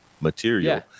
material